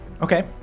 Okay